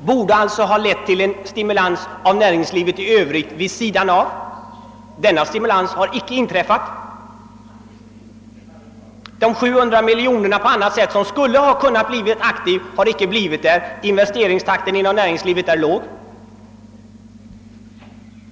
De borde alltså ha medverkat till att stimulera näringslivet i övrigt, och vid sidan av denna stimulans har icke heller inträffat någonting annat som kunnat verka stimulerande. De 700 miljonerna, som skulle ha kunnat aktiveras, har icke använts för sådant ändamål. Investeringstakten inom näringslivet är låg.